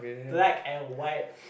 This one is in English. black and white